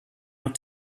out